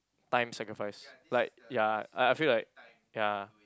times sacrifice like ya I I feel like ya